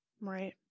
Right